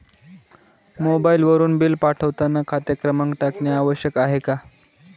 मोबाईलवरून बिल पाठवताना खाते क्रमांक टाकणे आवश्यक आहे का?